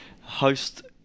host